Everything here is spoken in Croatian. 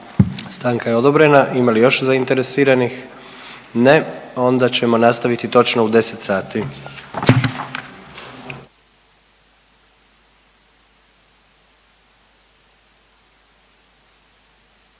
Stanka je odobrena. Ima li još zainteresiranih? Ne. Onda ćemo nastaviti točno u 10 sati.